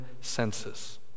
senses